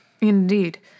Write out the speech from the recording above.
Indeed